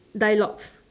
dialogues